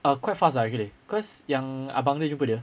ah quite fast ah actually cause yang abang dia jumpa dia